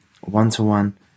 one-to-one